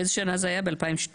באיזה שנה זה היה, ב-2016?